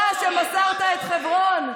גם בזה אנחנו אשמים?